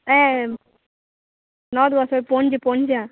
ए नोर्त वसो पोणजे पोणजे आहा